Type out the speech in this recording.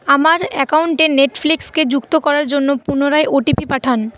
আমার অ্যাকাউন্টে নেটফ্লিক্সকে যুক্ত করার জন্য পুনরায় ওটিপি পাঠান